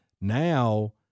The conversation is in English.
Now